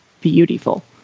beautiful